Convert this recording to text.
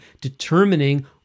determining